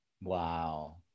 Wow